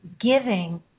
giving